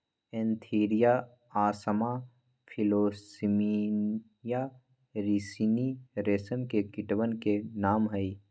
Antheraea assama Philosamia ricini रेशम के कीटवन के नाम हई